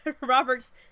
Robert's